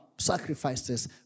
sacrifices